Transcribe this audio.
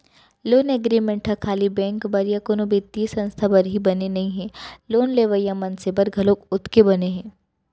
loan agreement ह खाली bank बर या कोनो बित्तीय संस्था बर ही बने नइ हे लोन लेवइया मनसे बर घलोक ओतके बने हे